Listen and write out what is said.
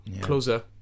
closer